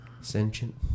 Sentient